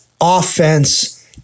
offense